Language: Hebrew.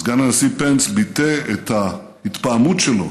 סגן הנשיא פנס ביטא את ההתפעמות שלו